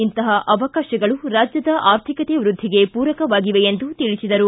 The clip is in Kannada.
ಇಂತಪ ಅವಕಾಶಗಳು ರಾಜ್ಯದ ಆರ್ಥಿಕತೆ ವೃದ್ದಿಗೆ ಪೂರಕವಾಗಿವೆ ಎಂದು ತಿಳಿಸಿದರು